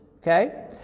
okay